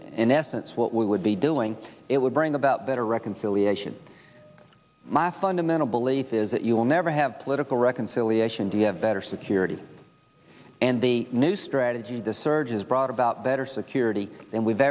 in essence what we would be doing it would bring about better reconciliation my fundamental belief is that you will never have political reconciliation do you have better security and the new strategy this surge has brought about better security than we've